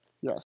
yes